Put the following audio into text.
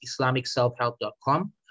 islamicselfhelp.com